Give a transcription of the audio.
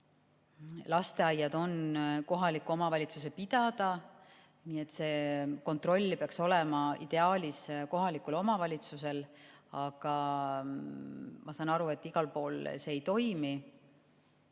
Lasteaiad on kohaliku omavalitsuse pidada, nii et see kontroll peaks olema ideaalis kohalikul omavalitsusel. Aga ma saan aru, et igal pool see ei toimi.